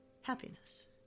happiness